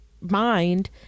mind